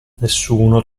nessuno